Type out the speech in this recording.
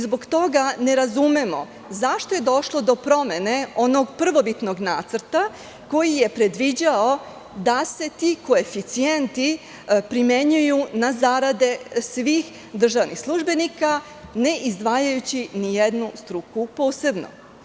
Zbog toga ne razumemo zašto je došlo do promene onog prvobitnog nacrta koji je predviđao da se ti koeficijenti primenjuju na zarade svih državnih službenika, ne izdvajajući nijednu struku posebno.